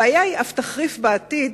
הבעיה אף תחריף בעתיד,